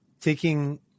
taking